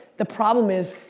the problem is,